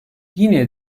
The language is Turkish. yine